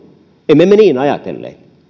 emme me niin ajatelleet